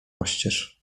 oścież